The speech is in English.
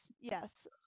yes